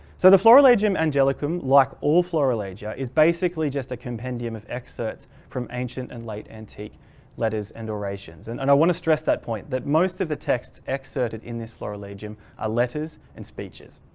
so the florilegium angelicum like all florilegia is basically just a compendium of excerpts from ancient and late antique letters and durations, and and i want to stress that point, that most of the texts exerted in this florilegium are letters and speeches,